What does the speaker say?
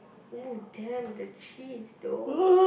!ooh! damn the cheese though